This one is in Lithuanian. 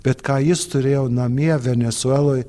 bet ką jis turėjo namie venesueloj